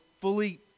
fully